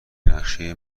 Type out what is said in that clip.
نقشه